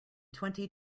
twenty